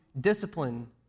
discipline